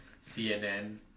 CNN